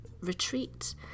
retreat